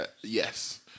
yes